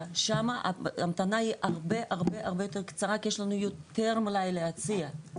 שם ההמתנה היא הרבה יותר קצרה כי יש לנו יותר מלאי להציע,